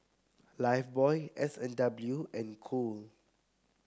Lifebuoy S and W and Cool